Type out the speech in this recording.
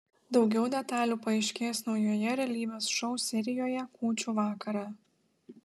daugiau detalių paaiškės naujoje realybės šou serijoje kūčių vakarą